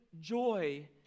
joy